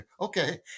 Okay